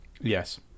Yes